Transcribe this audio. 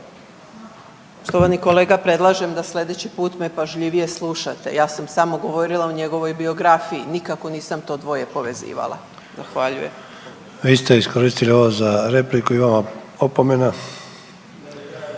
Poštovani kolega, predlažem da sledeći put me pažljivije slušate, ja sam govorila o njegovoj biografiji nikako nisam to dvoje povezivala. Zahvaljujem. **Sanader, Ante (HDZ)** Vi ste iskoristili ovo za repliku i vama opomena.